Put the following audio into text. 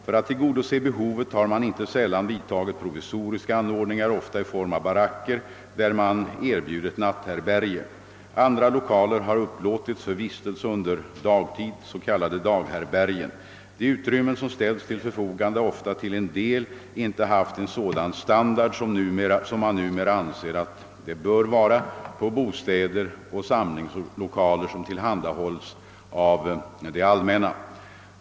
För att tillgodose behovet har man inte sällan vidtagit provisoriska anordningar, ofta i form av baracker, där man erbjudit natthärbärge. Andra lokaler har upplåtits för vistelse under dagtid, s.k. daghärbärgen. De utrymmen som ställts till förfogande har ofta till en del inte haft en sådan standard som man numera anser att det bör vara på bostäder och samlingslokaler, som tillhandahålls av det allmänna.